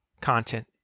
content